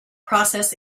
process